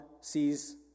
sees